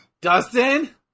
Dustin